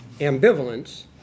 ambivalence